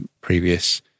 previous